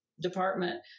department